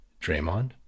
Draymond